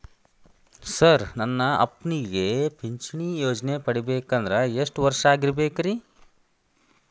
Sir ನನ್ನ ಅಪ್ಪನಿಗೆ ಪಿಂಚಿಣಿ ಯೋಜನೆ ಪಡೆಯಬೇಕಂದ್ರೆ ಎಷ್ಟು ವರ್ಷಾಗಿರಬೇಕ್ರಿ?